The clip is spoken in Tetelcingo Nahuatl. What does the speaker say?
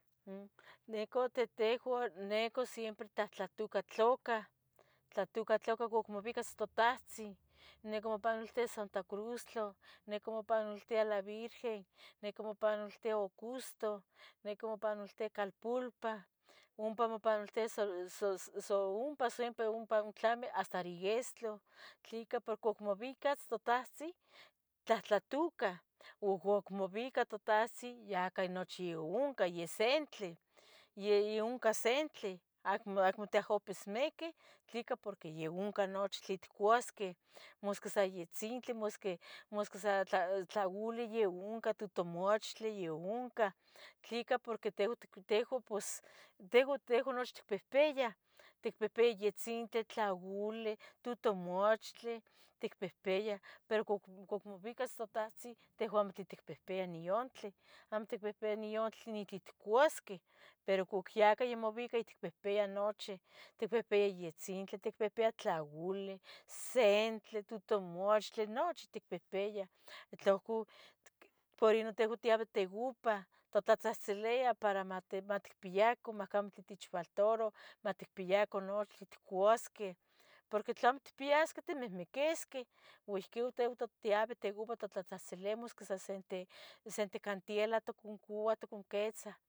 Mm nicu tetehua nehcus siempre tlahtlatoucah tlucah tlahtoua tlauca ihcuac ualmobicas totahtzin, nica mopanoltis Santa Cruztla, nica mopanoltia la Virgen, nica mopanoltia Augusto, nica mopanoltia Calpulpa, ompa mopanoltis sa, sa, sa ompa siempre ompa ontlami hasta riestro. Tleca porque ihcuac mobicas totahtzin tlahtlatuca uh uhuac mobica tothatzin ya cah nochi ohnca, ya sentli, yeh yah ohnca sentli, acmo acmo tiapismiquih, tleca porque ya ohca nochi tlen itcuasqueh, masqui sa itzintli, masqui masqui sa tla tlaole, ya ohnca totomochtli ya ohnca, tleca porque tehua it tehua pos tehua tehua nochi itpihpiah, ticpihpiah itzintli, tlaole, tutumochtli ticpihpiah, pero cuac ihcuac mobicas totahtzin tehua amo titicpihpiah niontleh, amo titicpihpiah niontle nitlen itcuasqueh, pero cuac yacah imobica yaticpihpiah nochi, ticpihpia yetzintli, ticpihpiah tlaole, sentli, tutumochtli, nochi ticpihpiah. Tlauhcu pero ino tehua tiabeh teopah totlatzahtziliah para mati maticpiaca mahcamo queman matechfaltaro maticpiaca nochi tlen itcuasqueh, porqui tlamo itpiasqueh timihmiquisqueh, ua ihqui tehua titiabeh teopah totlatzahtziliah masq ui sa senti senticantiela toconcuah toconquitzah